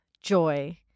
joy